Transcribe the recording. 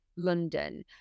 london